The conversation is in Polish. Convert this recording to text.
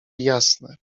jasne